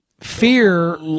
fear